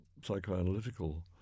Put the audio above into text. psychoanalytical